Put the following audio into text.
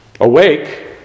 Awake